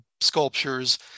sculptures